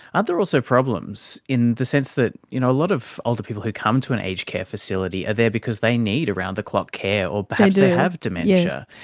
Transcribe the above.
ah there are also problems in the sense that you know a lot of older people who come to an aged care facility are there because they need around the clock care or perhaps they have dementia.